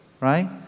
Right